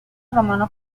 romano